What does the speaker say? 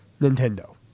Nintendo